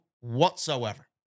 whatsoever